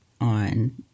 on